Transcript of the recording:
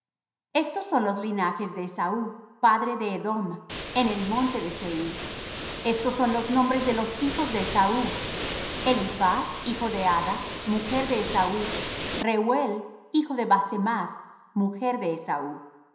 estos son los linajes de esaú padre de edom en el monte de seir estos son los nombres de los hijos de esaú eliphaz hijo de ada mujer de esaú reuel hijo de basemath mujer de esaú y